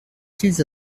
qu’ils